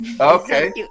Okay